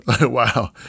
Wow